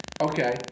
Okay